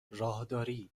راهداری